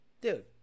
dude